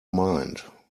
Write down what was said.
mind